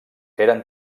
eren